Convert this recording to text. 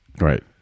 Right